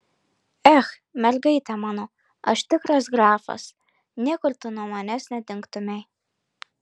ech mergaite mano aš tikras grafas niekur tu nuo manęs nedingtumei